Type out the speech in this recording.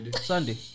Sunday